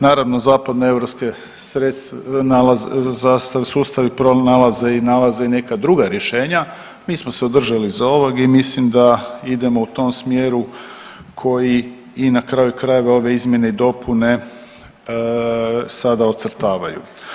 Naravno zapadno europski sustav i pronalaze i nalaze i neka druga rješenja, mi smo se držali za ovog i mislim da idemo u tom smjeru koji i na kraju krajeva ove izmjene i dopune sada ocrtavaju.